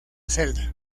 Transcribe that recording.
celda